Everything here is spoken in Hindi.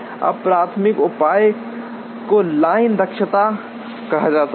अब प्राथमिक उपाय को लाइन दक्षता कहा जाता है